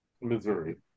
Missouri